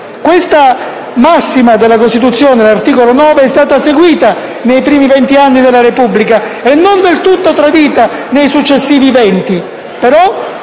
Questa massima della Costituzione è stata seguita nei primi venti anni della Repubblica e non del tutto tradita nei successivi venti.